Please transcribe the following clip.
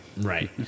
right